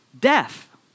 death